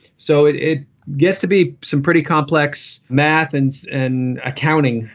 so it it gets to be some pretty complex math and an accounting.